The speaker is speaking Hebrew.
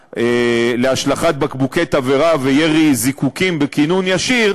להשלכת בקבוקי תבערה וירי זיקוקים בכינון ישיר,